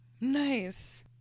Nice